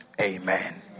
Amen